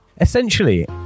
Essentially